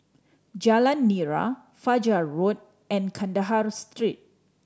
Jalan Nira Fajar Road and Kandahar Street